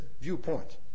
viewpoint